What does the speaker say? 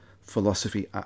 philosophy